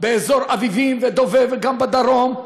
באזור אביבים ודוב"ב, וגם בדרום,